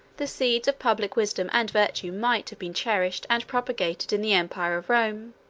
the seeds of public wisdom and virtue might have been cherished and propagated in the empire of rome.